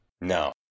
No